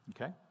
okay